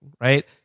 right